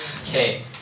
Okay